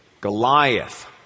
Goliath